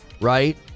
right